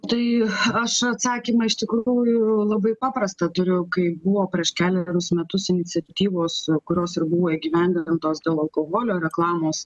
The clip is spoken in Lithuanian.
tai aš atsakymą iš tikrųjų labai paprastą turiu kaip buvo prieš kelerius metus iniciatyvos kurios ir buvo įgyvendintos dėl alkoholio reklamos